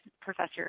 professor